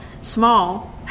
small